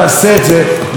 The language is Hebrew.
גברתי היושבת-ראש,